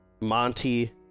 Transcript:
Monty